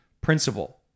principle